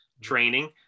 training